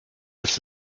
ist